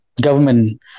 government